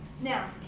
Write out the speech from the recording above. Now